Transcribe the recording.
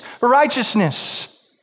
righteousness